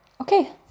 Okay